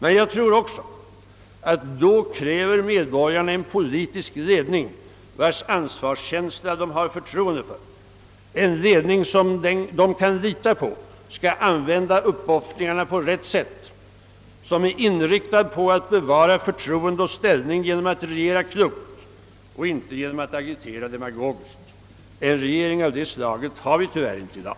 Men jag tror också att medborgarna då kräver en politisk ledning, vars ansvarskänsla de har förtroende för, en ledning som de kan lita på skall använda uppoffringarna på rätt sätt och som är inriktad på att bevara förtroende och ställning genom att re gera klokt och inte genom att agitera demagogiskt. En regering av det slaget har vi tyvärr inte i dag.